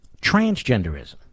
Transgenderism